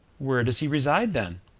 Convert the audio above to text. where does he reside then?